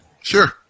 Sure